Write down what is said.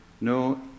no